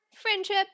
friendship